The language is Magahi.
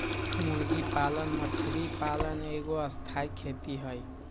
मुर्गी पालन मछरी पालन एगो स्थाई खेती हई